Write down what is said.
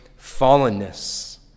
fallenness